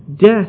death